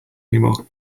anymore